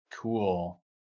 Cool